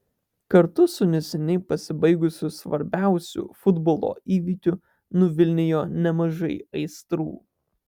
kartu su neseniai pasibaigusiu svarbiausiu futbolo įvykiu nuvilnijo nemažai aistrų